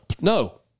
No